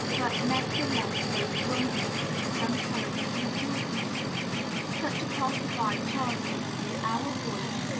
but, nevertheless, goes grumbling because some colors are too dear for him such a passer-by, chancing to hear our voice,